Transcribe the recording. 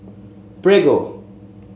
Prego